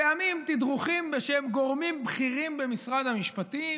פעמים בתדרוכים בשם גורמים בכירים במשרד המשפטים.